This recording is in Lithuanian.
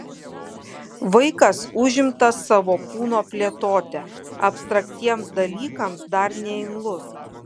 vaikas užimtas savo kūno plėtote abstraktiems dalykams dar neimlus